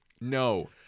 No